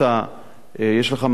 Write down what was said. אם יש לך מענה,